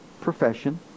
profession